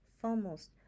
Foremost